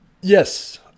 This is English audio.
yes